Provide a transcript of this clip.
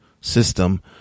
system